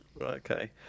okay